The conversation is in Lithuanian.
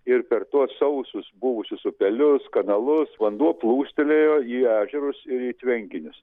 ir per tuos sausus buvusius upelius kanalus vanduo plūstelėjo į ežerus ir į tvenkinius